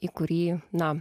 į kurį na